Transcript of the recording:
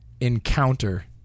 encounter